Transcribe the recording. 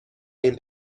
این